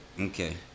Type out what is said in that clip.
Okay